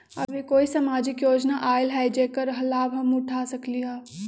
अभी कोई सामाजिक योजना आयल है जेकर लाभ हम उठा सकली ह?